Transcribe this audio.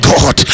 God